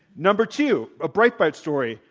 number two, a break but story,